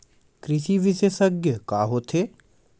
कृषि विशेषज्ञ का होथे?